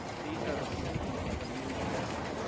these are the symptoms of a news desert.